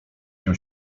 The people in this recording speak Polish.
się